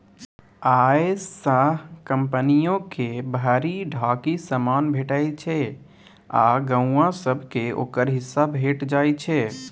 अय सँ कंपनियो के भरि ढाकी समान भेटइ छै आ गौंआ सब केँ ओकर हिस्सा भेंट जाइ छै